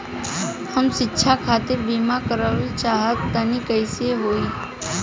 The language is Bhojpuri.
हम शिक्षा खातिर बीमा करावल चाहऽ तनि कइसे होई?